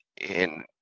in-